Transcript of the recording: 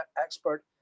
expert